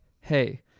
Hey